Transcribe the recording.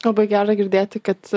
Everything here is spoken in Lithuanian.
labai gera girdėti kad